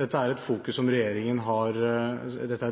Dette er et